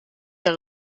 der